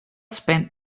spent